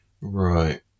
Right